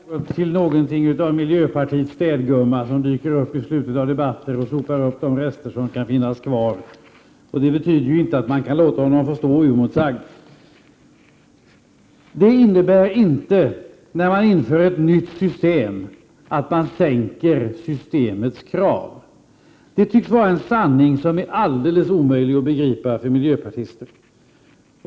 Herr talman! Jag beklagar, men Krister Skånberg har utvecklat sig till något av miljöpartiets städgumma, som dyker upp i slutet av debatter och sopar upp de rester som kan finnas kvar. Det betyder inte att man kan låta honom stå oemotsagd. När man inför ett nytt system innebär det inte att systemets krav sänks. Det tycks vara en sanning som är alldeles omöjlig att begripa för miljöpartister.